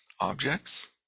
objects